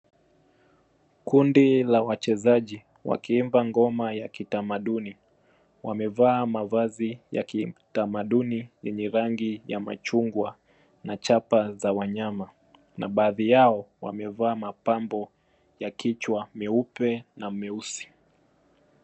Kundi la wachezaji wakiimba ngoma ya kitamaduni wamevaa mavazi ya kitamaduni yenye rangi ya machungwa na chapa za wanyama na baadhi yao wamevaa mapambo ya kichwa meupe na meusi.